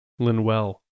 Linwell